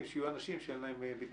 שיהיו אנשים שאין להם ביטוח בריאות.